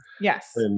Yes